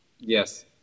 Yes